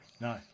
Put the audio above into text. No